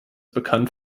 bekannt